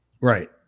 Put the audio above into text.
Right